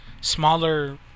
smaller